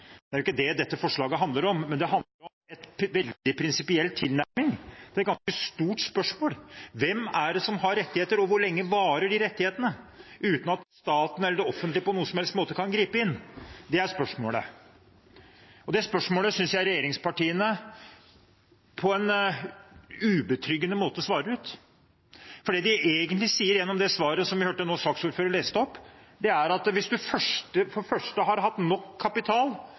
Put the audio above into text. er det jo ingen tvil om. Det er ikke det dette forslaget handler om. Det handler om en veldig prinsipiell tilnærming til et ganske stort spørsmål: Hvem er det som har rettigheter, og hvor lenge varer de rettighetene uten at staten eller det offentlige på noen som helst måte kan gripe inn? Det er spørsmålet. Og det spørsmålet synes jeg regjeringspartiene på en ubetryggende måte svarer ut. For det de egentlig sier gjennom det svaret som vi nå hørte saksordføreren lese opp, er at hvis du for det første har hatt nok kapital